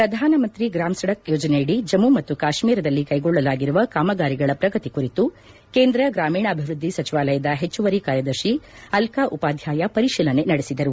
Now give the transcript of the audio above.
ಪ್ರಧಾನ ಮಂತ್ರಿ ಗ್ರಾಮ ಸಡಕ್ ಯೋಜನೆಯಡಿ ಜಮ್ಮ ಮತ್ತು ಕಾಶ್ಮೀರದಲ್ಲಿ ಕೈಗೊಳ್ಳಲಾಗಿರುವ ಕಾಮಗಾರಿಗಳ ಪ್ರಗತಿ ಕುರಿತು ಕೇಂದ್ರ ಗ್ರಾಮೀಣಾಭಿವೃದ್ದಿ ಸಚಿವಾಲಯದ ಹೆಚ್ಚುವರಿ ಕಾರ್ಯದರ್ಶಿ ಅಲ್ಲಾ ಉಪಾಧ್ವಾಯ ಪರಿತೀಲನೆ ನಡೆಸಿದರು